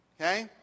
Okay